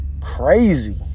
crazy